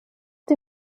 die